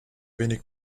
wenig